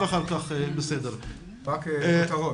רק כותרות.